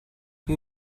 you